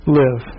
live